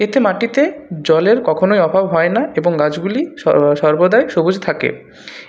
এতে মাটিতে জলের কখনোই অভাব হয় না এবং গাছগুলি স সর্বদাই সবুজ থাকে